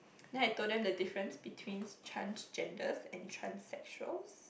then I told them the difference between transgenders and transexuals